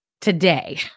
today